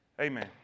Amen